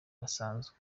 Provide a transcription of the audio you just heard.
basanzwe